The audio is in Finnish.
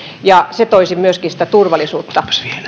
se toisi myöskin sitä turvallisuutta